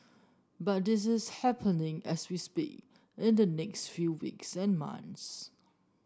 but this is happening as we speak in the next few weeks and months